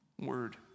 word